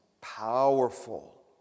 powerful